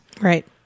Right